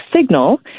signal